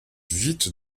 vite